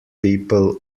people